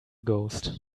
ghost